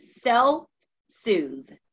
self-soothe